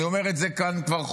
אני אומר את זה כאן כבר חודשים.